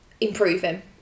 improving